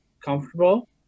comfortable